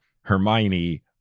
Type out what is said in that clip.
Hermione